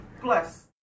plus